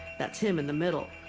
that's him in the middle.